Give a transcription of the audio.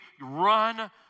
run